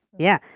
yeah.